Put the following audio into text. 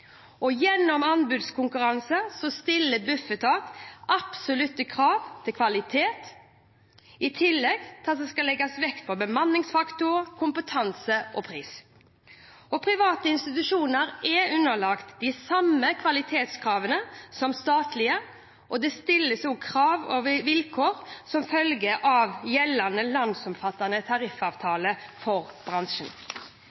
Gjennom anbudskonkurransene stiller Bufetat absolutte krav til kvalitet, i tillegg til at det legges vekt på bemanningsfaktor, kompetanse og pris. Private institusjoner er underlagt de samme kvalitetskravene som statlige, og det stilles vilkår som følge av gjeldende landsomfattende